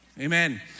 Amen